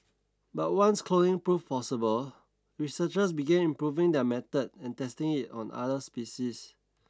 but once cloning proved possible researchers began improving their method and testing it on other species